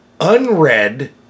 unread